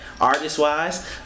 artist-wise